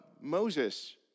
Moses